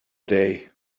day